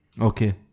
okay